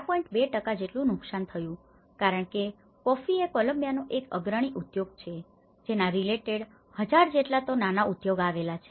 ૨ જેટલું નુકસાન થયું છે કારણ કે કોફીએ કોલંબિયાનો એક અગ્રણી ઉદ્યોગ છે જેના રીલેટેડ related સંલગ્ન ૧૦૦૦ જેટલા તો નાના ઉદ્યોગો આવેલા છે